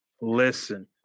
listen